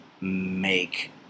make